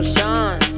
Sean